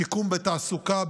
שיקום בתעסוקה,